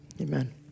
Amen